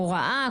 הוראה.